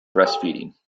breastfeeding